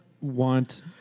want